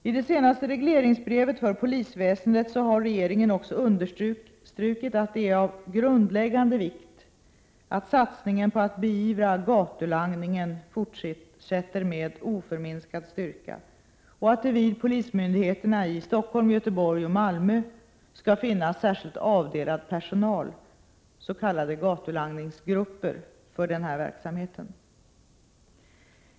I det senaste regleringsbrevet för polisväsendet har regeringen också understrukit att det är av grundläggande vikt att satsningen på att beivra gatulangningen fortsätter med oförminskad styrka och att det vid polismyndigheterna i Stockholm, Göteborg och Malmö skall finnas särskilt avdelad personal, s.k. gatulangningsgrupper, för denna verksamhet.